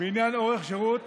בעניין אורך שירות